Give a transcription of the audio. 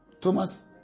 Thomas